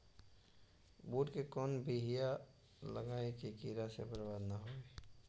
बुंट के कौन बियाह लगइयै कि कीड़ा से बरबाद न हो?